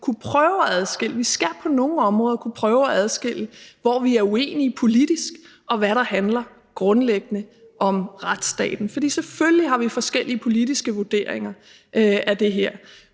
jo netop om, at vi på nogle områder skal kunne prøve at adskille, hvor vi er uenige politisk, og hvad der grundlæggende handler om retsstaten. For selvfølgelig har vi forskellige politiske vurderinger af det her,